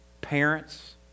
Parents